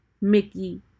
mickey